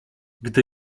gdy